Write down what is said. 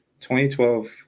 2012